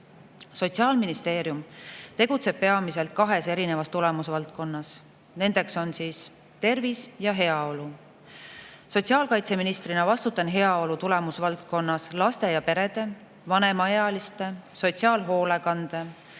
olla. Sotsiaalministeerium tegutseb peamiselt kahes erinevas tulemusvaldkonnas: tervis ja heaolu. Sotsiaalkaitseministrina vastutan heaolu tulemusvaldkonnas laste ja perede, vanemaealiste, sotsiaalhoolekande